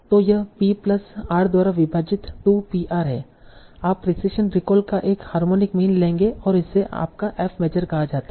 तो यह P plus R द्वारा विभाजित 2 PR है आप प्रिसिशन रिकॉल का एक हार्मोनिक मीन लेंगे और इसे आपका f मेजर कहा जाता है